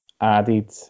added